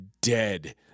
dead